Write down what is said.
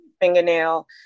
fingernail